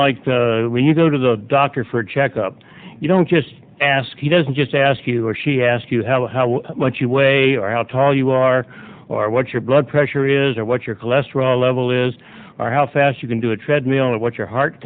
like that when you go to the doctor for a checkup you don't just ask he doesn't just ask you she ask you have like you weigh or how tall you are or what your blood pressure is or what your cholesterol level is or how fast you can do a treadmill not what your heart